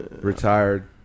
retired